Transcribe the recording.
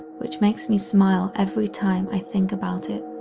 which makes me smile every time i think about it.